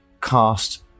cast